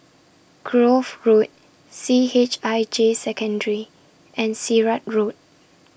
Grove Road C H I J Secondary and Sirat Road